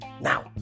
Now